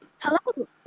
Hello